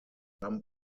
some